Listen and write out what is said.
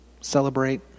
celebrate